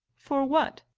for what?